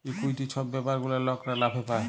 equity ছব ব্যাপার গুলা লকরা লাভে পায়